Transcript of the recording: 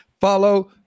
follow